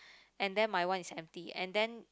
and then mine one is empty and then